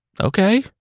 Okay